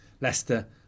Leicester